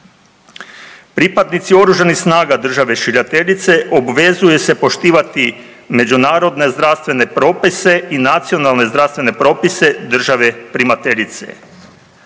Pripadnici OS-a države šiljateljice obvezuje se poštivati međunarodne zdravstvene propise i nacionalne zdravstvene propise države primateljice.